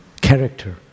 character